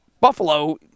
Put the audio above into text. Buffalo